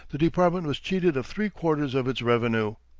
the department was cheated of three quarters of its revenue.